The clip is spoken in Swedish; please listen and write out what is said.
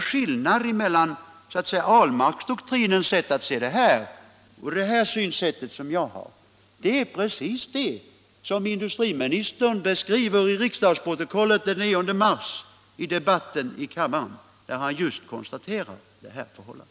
Skillnaden mellan den s.k. Ahlmarkdoktrinens sätt att se på saken och det synsätt som jag har beskrevs av industriministern i riksdagsdebatten den 9 mars, där han just konstaterade det här förhållandet.